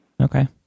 Okay